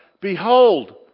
behold